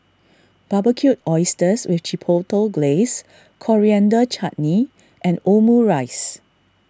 Barbecued Oysters with Chipotle Glaze Coriander Chutney and Omurice